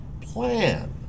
plan